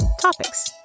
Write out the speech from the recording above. Topics